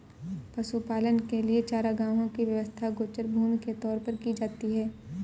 पशुपालन के लिए चारागाहों की व्यवस्था गोचर भूमि के तौर पर की जाती है